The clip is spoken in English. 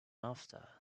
after